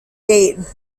date